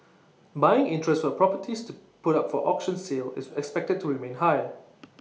buying interest for properties put up for auction sale is expected to remain high